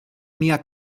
mia